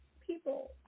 people